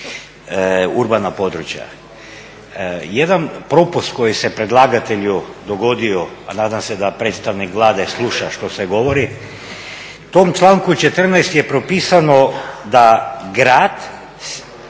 urbana područja, jedan propust koji se predlagatelju dogodio, a nadam se da predstavnik Vlade sluša što se govori, tim člankom 14.je propisano da grad